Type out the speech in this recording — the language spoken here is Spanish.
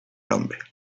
hombre